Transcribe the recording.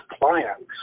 clients